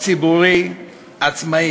ציבורי עצמאית.